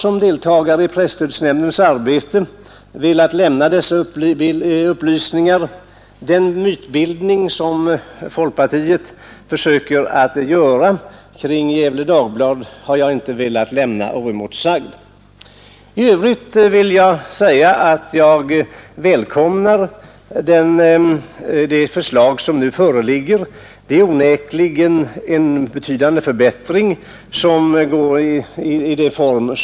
Som deltagare i presstödsnämndens arbete har jag velat lämna dessa upplysningar. Den mytbildning som folkpartiet försöker skapa kring Gefle Dagblad har jag inte velat låta stå oemotsagd. I övrigt välkomnar jag det förslag som nu föreligger och som onekligen innebär en betydande förbättring av vad som nu gäller.